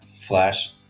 Flash